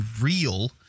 real